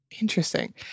Interesting